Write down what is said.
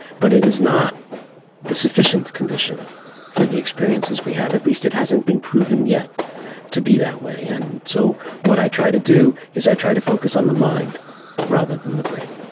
but it is not the sufficient condition for the experiences we have, at least it hasn't been proven yet to be that way. and so what i tried to do is i tried to focus on the mind rather than the brain.